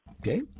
Okay